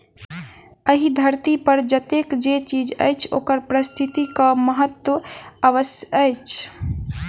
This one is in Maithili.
एहि धरती पर जतेक जे चीज अछि ओकर पारिस्थितिक महत्व अवश्य अछि